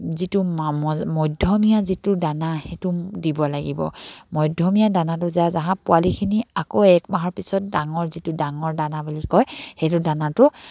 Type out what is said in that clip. যিটো মধ্যমীয়া যিটো দানা সেইটো দিব লাগিব মধ্যমীয়া দানাটো যে যাহা পোৱালিখিনি আকৌ একমাহৰ পিছত ডাঙৰ যিটো ডাঙৰ দানা বুলি কয় সেইটো দানাটো